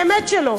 באמת שלא.